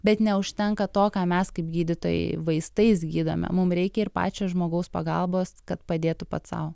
bet neužtenka to ką mes kaip gydytojai vaistais gydome mum reikia ir pačio žmogaus pagalbos kad padėtų pats sau